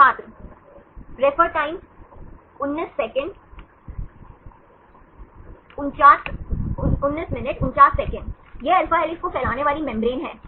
छात्र Refer Time 1949 यह alpha helix को फैलाने वाली मेम्ब्रेन है